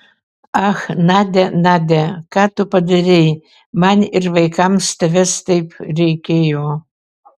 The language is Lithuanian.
ach nadia nadia ką tu padarei man ir vaikams tavęs taip reikėjo